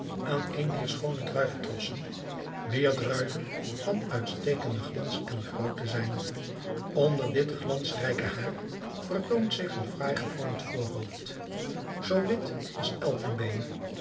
aan een dier schoone druiventrossen wier druiven van uitstekenden glans en grootte zijn onder dit glansrijke haar vertoont zich een fraai gevormd voorhoofd zoo wit als elpenbeen